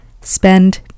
spend